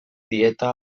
dieta